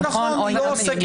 ביטחון או --- נכון,